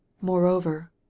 Moreover